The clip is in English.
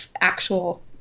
actual